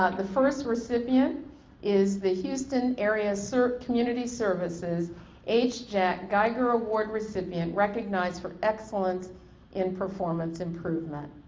ah the first recipient is the houston area sort of community services h. jack geiger award recipient recognized for excellence in performance improvement.